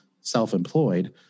self-employed